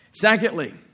Secondly